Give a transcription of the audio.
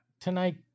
tonight